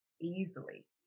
easily